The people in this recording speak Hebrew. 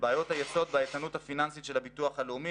ובעיות היסוד והאיתנות הפיננסית של הביטוח הלאומי